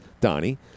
Donnie